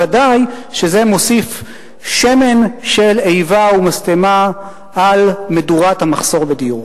וודאי שזה מוסיף שמן של איבה ומשטמה על מדורת המחסור בדיור.